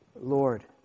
Lord